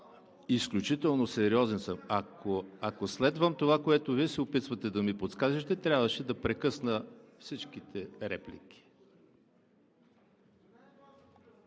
Изключително сериозен съм. Ако следвам това, което Вие се опитвате да ми подскажете, трябваше да прекъсна всички реплики.